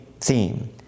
theme